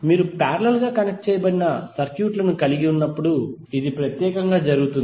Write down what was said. మీరు పారలెల్ గా కనెక్ట్ చేయబడిన సర్క్యూట్ లను కలిగి ఉన్నప్పుడు ఇది ప్రత్యేకంగా జరుగుతుంది